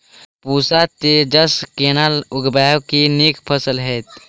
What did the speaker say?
पूसा तेजस केना उगैबे की नीक फसल हेतइ?